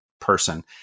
person